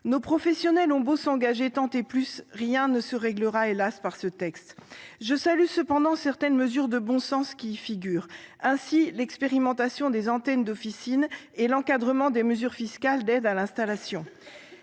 Nos professionnels ont beau s’engager tant et plus, rien ne se réglera – hélas !– par ce texte. Je salue cependant certaines mesures de bon sens qui y figurent, comme l’expérimentation des antennes d’officine et l’encadrement des mesures fiscales d’aide à l’installation.